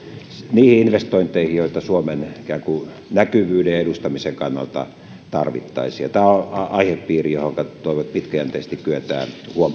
niihin investointeihin joita suomen ikään kuin näkyvyyden ja edustamisen kannalta tarvittaisiin tämä on aihepiiri johon toivon että pitkäjänteisesti kyetään